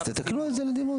אז תתקנו את זה לדימות.